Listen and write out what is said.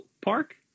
park